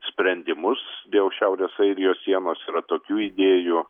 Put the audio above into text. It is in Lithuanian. sprendimus dėl šiaurės airijos sienos yra tokių idėjų